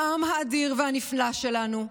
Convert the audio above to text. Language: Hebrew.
העם האדיר והנפלא שלנו,